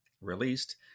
released